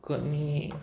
कमी